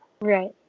Right